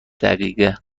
دقیقه